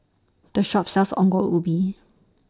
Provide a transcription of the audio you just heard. The Shop sells Ongol Ubi